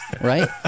right